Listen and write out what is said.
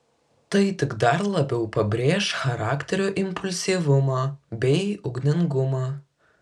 tai tik dar labiau pabrėš charakterio impulsyvumą bei ugningumą